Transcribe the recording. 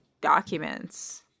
documents